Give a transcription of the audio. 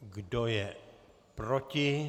Kdo je proti?